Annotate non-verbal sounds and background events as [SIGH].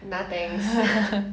nah thanks [LAUGHS]